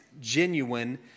genuine